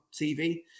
tv